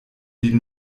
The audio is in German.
die